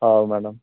ହଉ ମ୍ୟାଡ଼ାମ୍